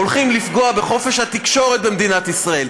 הולכים לפגוע בחופש התקשורת במדינת ישראל,